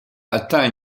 atteint